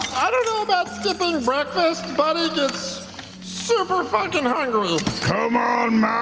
i don't know about skipping breakfast, buddy gets super fucking hungry. liam come on,